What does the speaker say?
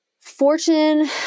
fortune